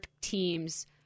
teams